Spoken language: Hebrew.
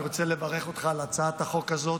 אני רוצה לברך אותך על הצעת החוק הזאת,